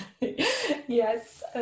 Yes